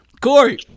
Corey